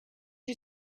you